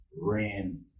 ran